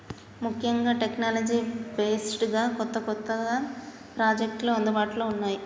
ముఖ్యంగా technology based గా కొత్త కొత్త ప్రాజెక్టులు అందుబాటులో ఉన్నాయి